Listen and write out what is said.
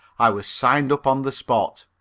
i was signed up on the spot.